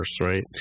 right